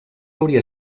hauria